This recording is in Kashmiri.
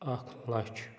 اَکھ لَچھ